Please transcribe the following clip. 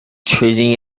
treating